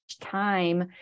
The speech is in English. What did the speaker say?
time